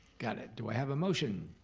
got it, do i have a motion?